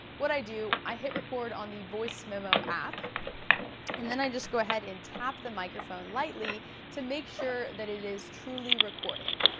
what i do i hit record on the voice memo app and then i just go ahead and tap the microphone lightly to make sure that it is truly recording.